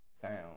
sound